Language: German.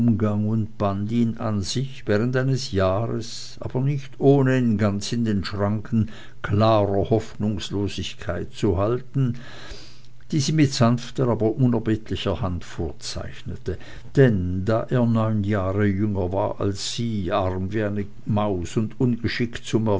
ihn an sich während eines jahres aber nicht ohne ihn ganz in den schranken klarer hoffnungslosigkeit zu halten die sie mit sanfter aber unerbittlicher hand vorzeichnete denn da er neun jahre jünger war als sie arm wie eine maus und ungeschickt